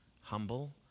humble